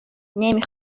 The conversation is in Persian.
نمی